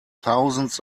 thousands